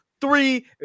three